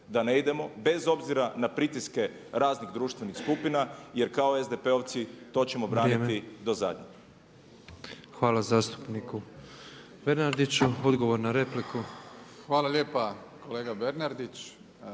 da ne idemo bez obzira na pritiske raznih društvenih skupina jer kao SDP-ovci to ćemo braniti do zadnjeg. **Petrov, Božo (MOST)** Hvala zastupniku Bernardiću. Odgovor na repliku. **Plenković, Andrej